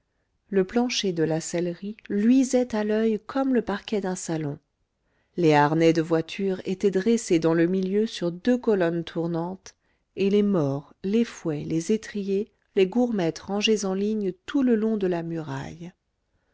le plancher de la sellerie luisait à l'oeil comme le parquet d'un salon les harnais de voiture étaient dressés dans le milieu sur deux colonnes tournantes et les mors les fouets les étriers les gourmettes rangés en ligne tout le long de la muraille